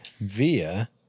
via